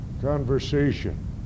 conversation